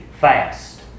fast